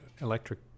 electric